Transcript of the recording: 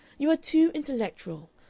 you are too intellectual.